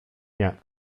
nie